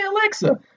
Alexa